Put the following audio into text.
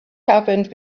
happened